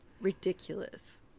Ridiculous